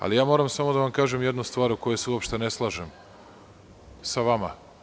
Ali, moram samo da vam kažem jednu stvar u kojoj se uopšte ne slažem sa vama.